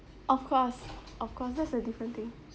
of course of course that's a different thing